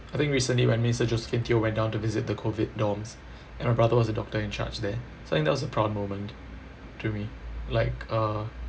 I think recently when minister josephine teo went down to visit the COVID dorms and my brother was the doctor in charge there so I think that was a proud moment to me like uh